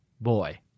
boy